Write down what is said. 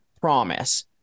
promise